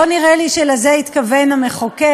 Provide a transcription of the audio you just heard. לא נראה לי שלזה התכוון המחוקק.